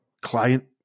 client